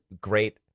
great